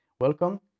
Welcome